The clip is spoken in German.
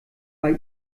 bei